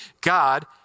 God